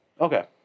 Okay